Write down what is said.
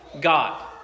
God